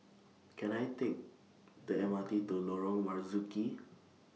Can I Take The M R T to Lorong Marzuki